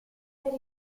per